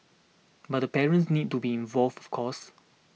but the parents need to be involved of course